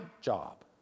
job